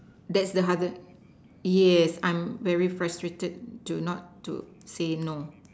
that's the hardest yes I'm very frustrated to not to say no